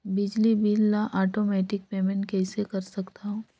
बिजली बिल ल automatic payment कइसे कर सकथव?